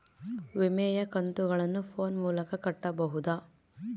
ವಿಮೆಯ ಕಂತುಗಳನ್ನ ಫೋನ್ ಮೂಲಕ ಕಟ್ಟಬಹುದಾ?